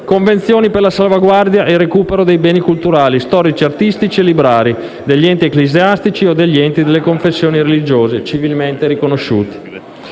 convenzioni per la salvaguardia e il recupero dei beni culturali, storici, artistici e librari degli enti ecclesiastici o degli enti delle confessioni religiose civilmente riconosciuti.